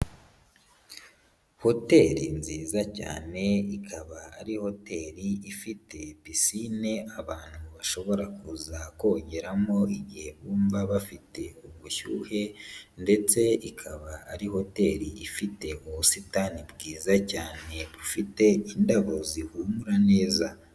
Hoteli nziza cyane ikaba ari hoteri ifite pisine abantu bashobora kuza kongeramo, igihe bumva bafite ubushyuhe ndetse ikaba ari hoteli ifite ubusitani bwiza cyane bufite indabo zihumura neza.